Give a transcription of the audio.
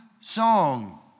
song